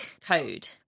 code